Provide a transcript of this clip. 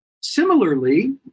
Similarly